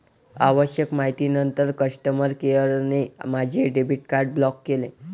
आवश्यक माहितीनंतर कस्टमर केअरने माझे डेबिट कार्ड ब्लॉक केले